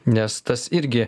nes tas irgi